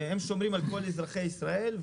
הם שומרים על כל אזרחי ישראל,